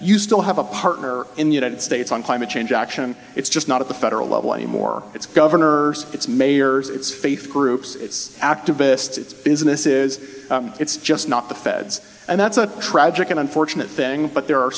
you still have a partner in the united states on climate change action it's just not at the federal level anymore it's governor it's mayors it's faith groups it's activists it's business is it's just not the feds and that's a tragic and unfortunate thing but there are